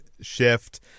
shift